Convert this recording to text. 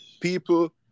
people